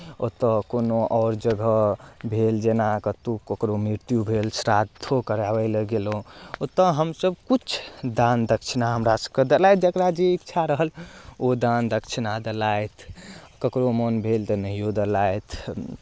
ओतय कोनो आओर जगह भेल जेना कतहु ककरो मृत्यु भेल श्राद्धो कराबय लए गेलहुँ ओतय हमसभ किछु दान दक्षिणा हमरासभके देलथि जकरा जे इच्छा रहल ओ दान दक्षिणा देलथि ककरो मोन भेल तऽ नहिओ देलथि